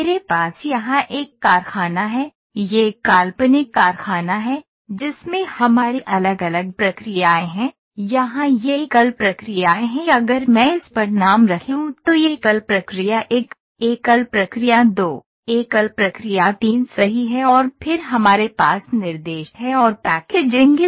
मेरे पास यहाँ एक कारखाना है यह एक काल्पनिक कारखाना है जिसमें हमारी अलग अलग प्रक्रियाएँ हैं यहाँ ये एकल प्रक्रियाएँ हैं अगर मैं इस पर नाम रखूँ तो यह एकल प्रक्रिया 1 एकल प्रक्रिया 2 एकल प्रक्रिया 3 सही है और फिर हमारे पास निर्देश है और पैकेजिंग